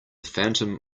phantom